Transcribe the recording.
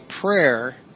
prayer